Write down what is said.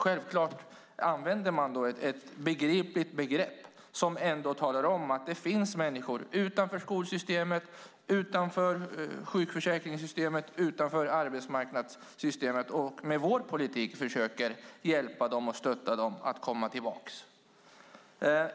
Självklart använder man då ett begripligt begrepp som ändå talar om att det finns människor utanför skolsystemet, utanför sjukförsäkringssystemet och utanför arbetsmarknadssystemet. Vi försöker med vår politik hjälpa dem och stötta dem för att de ska komma tillbaka.